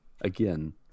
again